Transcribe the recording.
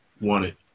wanted